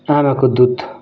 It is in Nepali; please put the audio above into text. आमाको दुध